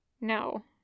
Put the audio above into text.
No